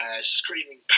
screaming